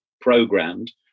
programmed